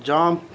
jump